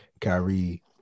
Kyrie